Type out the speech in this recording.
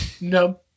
no